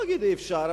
ולא אגיד אי-אפשר,